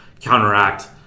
counteract